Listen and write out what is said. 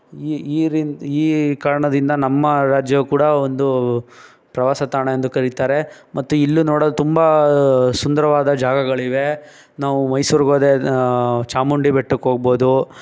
ಈ ಈ ರಿನ್ ಈ ಕಾರಣದಿಂದ ನಮ್ಮ ರಾಜ್ಯವು ಕೂಡ ಒಂದು ಪ್ರವಾಸ ತಾಣ ಎಂದು ಕರೀತಾರೆ ಮತ್ತು ಇಲ್ಲೂ ನೋಡಲು ತುಂಬ ಸುಂದರವಾದ ಜಾಗಗಳಿವೆ ನಾವು ಮೈಸೂರ್ರ್ಗೆ ಹೋದ್ರೆ ಚಾಮುಂಡಿ ಬೆಟ್ಟಕ್ಕೆ ಹೋಗ್ಬೋದು